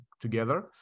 together